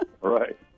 Right